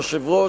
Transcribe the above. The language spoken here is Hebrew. יושב-ראש,